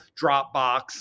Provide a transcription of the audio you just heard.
Dropbox